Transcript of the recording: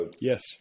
Yes